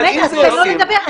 מיקי, תן לו לדבר.